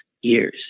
years